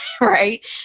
Right